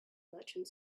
merchant